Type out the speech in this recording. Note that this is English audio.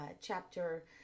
chapter